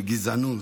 של גזענות.